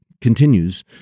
continues